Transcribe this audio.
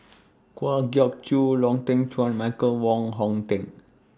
Kwa Geok Choo Lau Teng Chuan Michael Wong Hong Teng